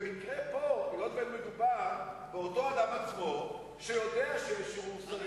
במקרה פה מדובר באותו אדם עצמו שיודע שיהיו שרים,